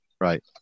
right